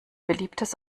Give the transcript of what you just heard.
beliebtes